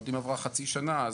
אם עבר חצי שנה,